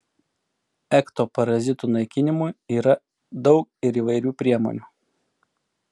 ekto parazitų naikinimui yra daug ir įvairių priemonių